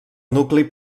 nucli